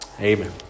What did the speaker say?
Amen